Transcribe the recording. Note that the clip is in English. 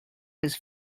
his